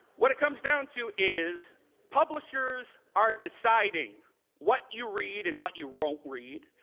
what it comes down to is publishers are deciding what you read and what you won't read.